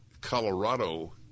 Colorado